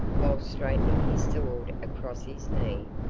while straightening his sword across his knee,